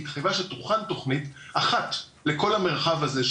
היא התחייבה שתוכן תוכנית אחת לכל המרחב הזה,